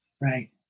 Right